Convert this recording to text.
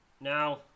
Now